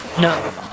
No